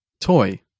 Toy